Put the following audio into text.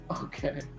Okay